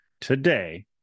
Today